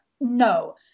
no